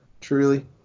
Truly